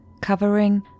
covering